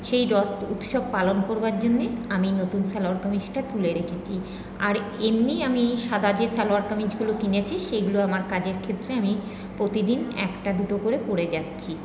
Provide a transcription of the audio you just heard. সেই রথ উৎসব পালন করবার জন্য আমি নতুন সালোয়ার কামিজটা তুলে রেখেছি আর এমনি আমি সাদা যে সালোয়ার কামিজগুলো কিনেছি সেইগুলো আমার কাজের ক্ষেত্রে আমি প্রতিদিন একটা দুটো করে পরে যাচ্ছি